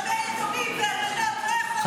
פופוליזם על גבי היתומים והאלמנות, לא יכול להיות.